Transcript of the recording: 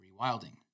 rewilding